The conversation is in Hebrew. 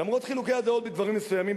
למרות חילוקי הדעות בדברים מסוימים,